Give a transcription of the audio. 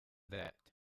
that